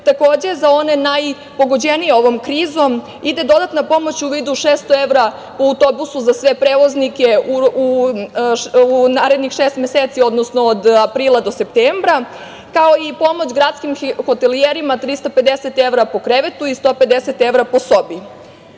Takođe za one najpogođenije ovom krizom ide dodatna pomoć u vidu 600 evra po autobusu za sve prevoznike u narednih šest meseci, odnosno od aprila do septembra, kao i pomoć gradskim hotelijerima – 350 evra po krevetu i 150 evra po sobi. Pored